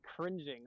cringing